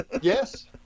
Yes